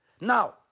Now